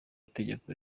itegeko